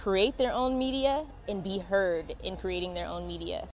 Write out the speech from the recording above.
create their own media and be heard in creating their own media